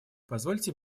позвольте